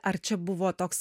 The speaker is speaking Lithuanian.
ar čia buvo toks